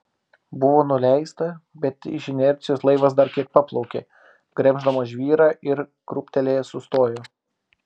buvo nuleista bet iš inercijos laivas dar kiek paplaukė gremždamas žvyrą ir krūptelėjęs sustojo